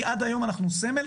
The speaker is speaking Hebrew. כי עד היום אנחנו סמל,